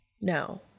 No